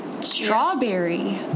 Strawberry